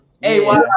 Hey